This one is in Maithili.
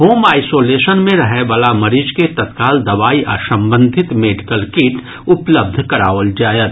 होम आइसोलेशन मे रहयवला मरीज के तत्काल दवाई आ संबंधित मेडिकल किट उपलब्ध कराओल जायत